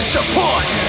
Support